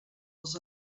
els